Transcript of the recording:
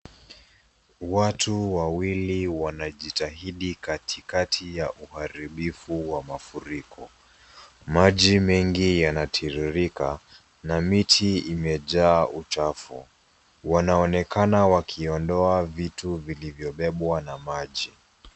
Watu wawilli wanajitahidi katikati ya uharibifu wa mafuriko, maji mengi yanatirirka na miti imejaa uchafu, wanaonekana wakiondoa vitu vilivyobebwa na maji.